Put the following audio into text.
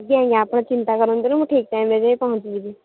ଆଜ୍ଞା ଆଜ୍ଞା ଆପଣ ଚିନ୍ତା କରନ୍ତୁନି ମୁଁ ଠିକ୍ ଟାଇମ୍ରେ ଯାଇଁ ପହଞ୍ଚିଯିବି